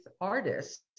artists